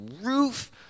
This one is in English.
roof